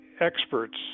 experts